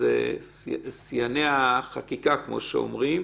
שזה שיא החקיקה, כמו שאומרים.